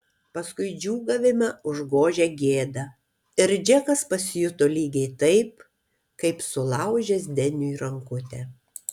paskui džiūgavimą užgožė gėda ir džekas pasijuto lygiai taip kaip sulaužęs deniui rankutę